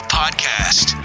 podcast